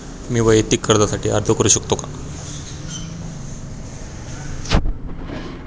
मी वैयक्तिक कर्जासाठी अर्ज करू शकतो का?